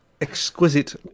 exquisite